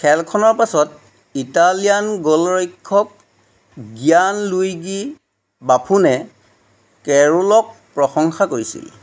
খেলখনৰ পাছত ইটালিয়ান গ'লৰক্ষক গিয়ানলুইগি বাফোনে কেৰোলক প্ৰশংসা কৰিছিল